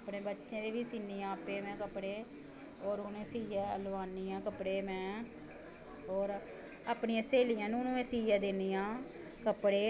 अपनें बच्चें दे बी सीनी आं कपड़े में और उनेंगी सीऐ लोआनी आं कपड़े में और अपनियां स्हेलियां नू बी में दिन्नी आं सीऐ कपड़े